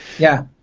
yeah.